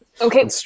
Okay